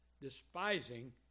despising